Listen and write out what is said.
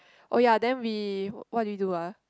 oh ya then we what did we do ah